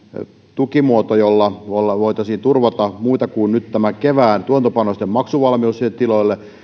tukimuoto jolla voitaisiin turvata muita kuin nyt tämän kevään tuotantopanosten maksuvalmius tiloille